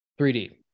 3D